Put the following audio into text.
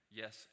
yes